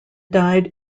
died